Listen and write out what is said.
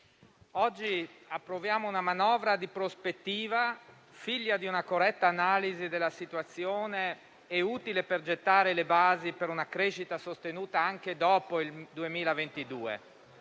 oggi approviamo una manovra di prospettiva, figlia di una corretta analisi della situazione e utile per gettare le basi per una crescita sostenuta anche dopo il 2022.